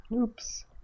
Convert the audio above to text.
Oops